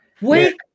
Wake